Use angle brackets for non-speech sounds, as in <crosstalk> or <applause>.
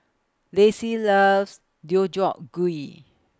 Lacy loves <unintelligible> Gui